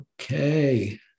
Okay